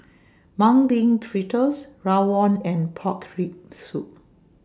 Mung Bean Fritters Rawon and Pork Rib Soup